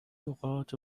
اوقات